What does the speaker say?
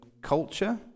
culture